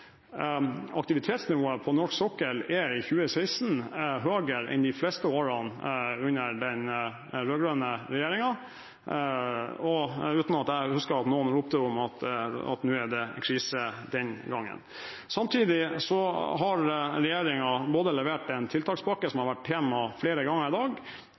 Aktivitetsnivået på norsk sokkel er i 2016 høyere enn i de fleste årene under den rød-grønne regjeringen, uten at jeg husker at noen den gangen ropte om at nå er det krise. Samtidig har regjeringen levert en tiltakspakke, som har vært tema flere ganger i dag,